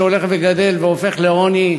שהולך וגדל והופך לעוני,